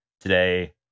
today